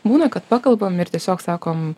būna kad pakalbam ir tiesiog sakom